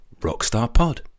rockstarpod